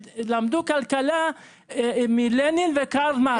שלמדו כלכלה מלנין ומקרל מרקס,